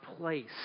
place